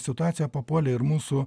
situaciją papuolė ir mūsų